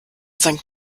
sankt